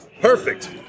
Perfect